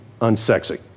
unsexy